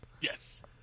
Yes